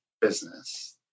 business